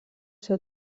ser